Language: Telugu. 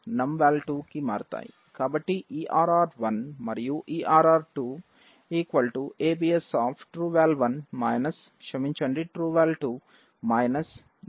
కాబట్టి err1 మరియు err2 abs trueVal1 క్షమించండి trueVal2 numVal2